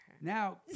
Now